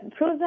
Prozac